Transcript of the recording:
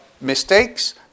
mistakes